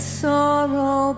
sorrow